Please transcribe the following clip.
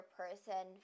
person